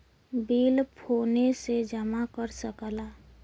bill फोने से जमा कर सकला